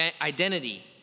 identity